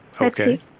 Okay